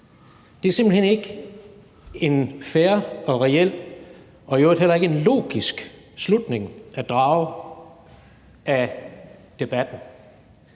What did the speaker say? Det er simpelt hen ikke en fair og reel og i øvrigt heller ikke en logisk slutning at drage af debatten.